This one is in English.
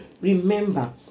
remember